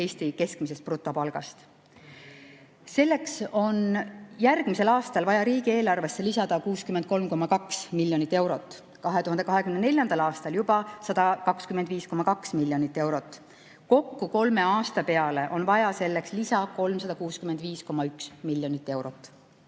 Eesti keskmisest brutopalgast. Selleks on järgmisel aastal vaja riigieelarvesse lisada 63,2 miljonit eurot, 2024. aastal juba 125,2 miljonit eurot. Kokku kolme aasta peale on vaja selleks lisa 365,1 miljonit eurot.